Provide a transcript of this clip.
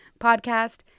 podcast